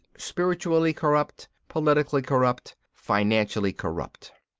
spiritually corrupt, politically corrupt, financially corrupt.